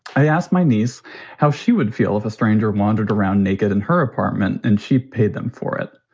i asked my niece how she would feel if a stranger wandered around naked in her apartment and she paid them for it.